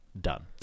done